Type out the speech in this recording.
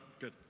Good